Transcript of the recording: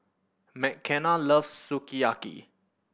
Mckenna loves Sukiyaki